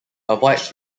avoids